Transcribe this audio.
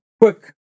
quick